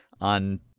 on